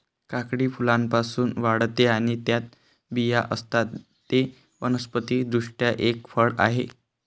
काकडी फुलांपासून वाढते आणि त्यात बिया असतात, ते वनस्पति दृष्ट्या एक फळ आहे